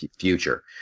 future